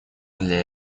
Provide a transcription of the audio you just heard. для